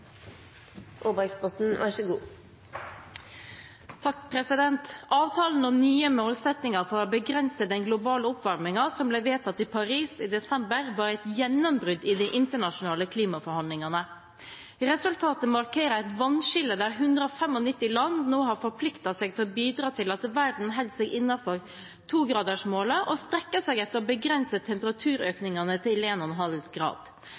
produsere politikken selv. Så må jeg for ordens skyld anbefale innstillingen fra komiteen i denne saken. Avtalen om nye målsettinger for å begrense den globale oppvarmingen som ble vedtatt i Paris i desember, var et gjennombrudd i de internasjonale klimaforhandlingene. Resultatet markerer et vannskille der 195 land nå har forpliktet seg til å bidra til at verden holder seg innenfor togradersmålet og strekker seg etter å begrense